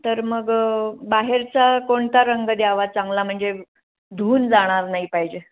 तर मग बाहेरचा कोणता रंग द्यावा चांगला म्हणजे धुवून जाणार नाही पाहिजे